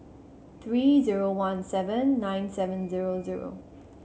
three zero one seven nine seven zero zero